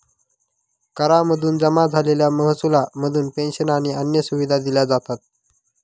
करा मधून जमा झालेल्या महसुला मधून पेंशन आणि अन्य सुविधा दिल्या जातात